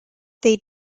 they